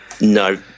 no